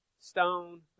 stone